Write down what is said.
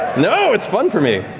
no, it's fun for me.